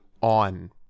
on